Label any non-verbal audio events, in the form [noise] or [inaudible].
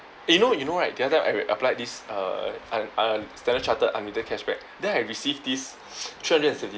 eh you know you know right the other time I applied this uh uh uh standard chartered unlimited cashback then I receive this [noise] three hundred and seventy